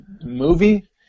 movie